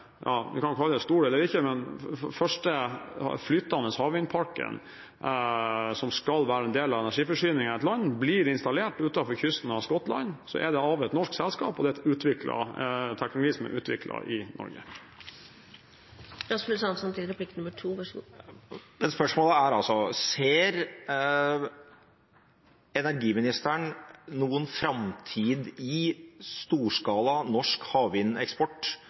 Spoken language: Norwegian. kan diskutere om den er stor eller ikke – flytende havvindparken som skal være en del av energiforsyningen i et land, blir installert utenfor kysten av Skottland, blir det gjort av et norsk selskap, og det er teknologi som er utviklet i Norge. Spørsmålet er altså: Ser energiministeren noen framtid i storskala norsk havvindeksport, energieksport, til et europeisk marked, gitt at EU nå er i